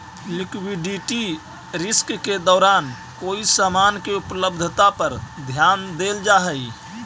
liquidity risk के दौरान कोई समान के उपलब्धता पर ध्यान देल जा हई